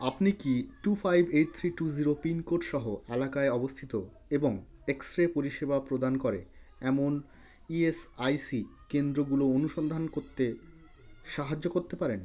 আপনি কি two five eight three two zero pin code সহ এলাকায় অবস্থিত এবং এক্স রে পরিষেবা প্রদান করে এমন ইএসআইসি কেন্দ্রগুলো অনুসন্ধান করতে সাহায্য করতে পারেন